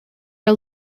are